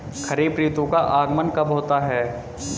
खरीफ ऋतु का आगमन कब होता है?